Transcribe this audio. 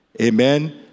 amen